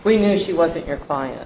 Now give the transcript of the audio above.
we know she wasn't your client